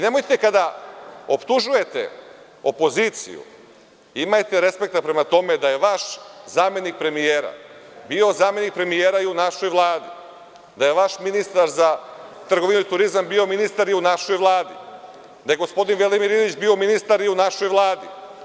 Nemojte kada optužujete opoziciju, imajte respekta prema tome da je vaš zamenik premijera bio zamenik premijera i u našoj Vladi, da je vaš ministar za trgovinu i turizam, bio ministar i u našoj Vladi, da je gospodin Velimir Ilić bio ministar i u našoj Vladi.